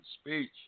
speech